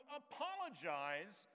apologize